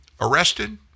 arrested